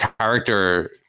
character